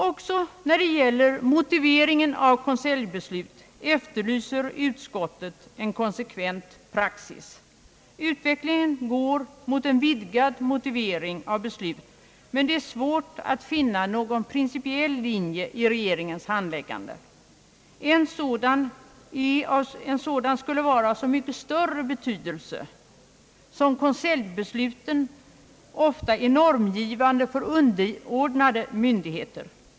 Också när det gäller motiveringen av konseljbeslut efterlyser utskottet en konsekvent praxis. Utvecklingen går mot en vidgad motivering av beslut, men det är svårt att finna någon principiell linje i regeringens handläggande. En sådan skulle vara av så mycket större betydelse som konseljbesluten ofta är normgivande för underordnade myndigheter.